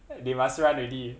they must run already